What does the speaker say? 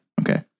Okay